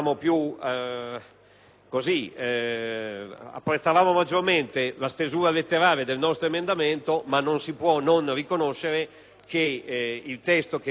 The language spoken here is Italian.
apprezzato maggiormente la stesura letterale del nostro emendamento, ma non si può non riconoscere che il testo che viene messo in votazione